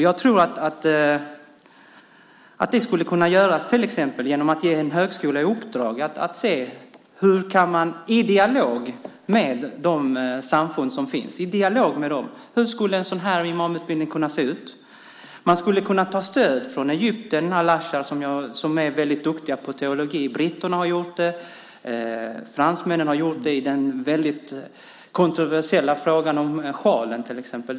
Jag tror att det skulle kunna göras till exempel genom att ge en högskola i uppdrag att i en dialog med de samfund som finns se hur en sådan här imamutbildning skulle kunna se ut. Man skulle kunna ta stöd från Egypten och al-Azhar där de är väldigt duktiga på teologi. Britterna har gjort det, och fransmännen har gjort det i den väldigt kontroversiella frågan om sjalen till exempel.